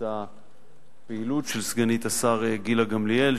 את הפעילות של סגנית השר גילה גמליאל,